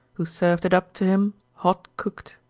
who served it up to him hot cooked.